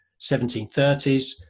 1730s